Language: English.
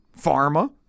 pharma